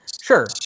Sure